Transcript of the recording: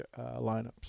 lineups